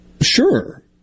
Sure